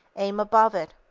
aim above it.